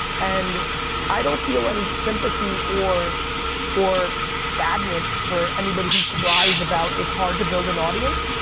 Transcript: and i don't feel any sympathy or or sadness for anybody who cries about it's hard to build an audience,